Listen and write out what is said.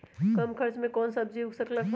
कम खर्च मे कौन सब्जी उग सकल ह?